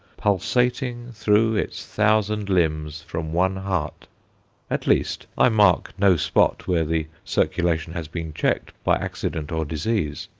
pulsating through its thousand limbs from one heart at least, i mark no spot where the circulation has been checked by accident or disease,